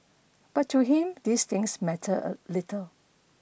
but to him these things mattered a little